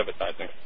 advertising